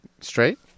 straight